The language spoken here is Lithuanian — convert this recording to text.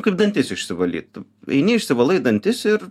kaip dantis išsivalyt eini išsivalai dantis ir